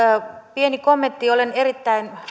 pieni kommentti olen erittäin